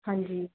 ਹਾਂਜੀ